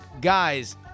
guys